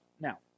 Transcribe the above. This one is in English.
Now